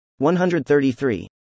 133